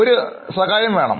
ഒരു സഹായം വേണം